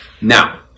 Now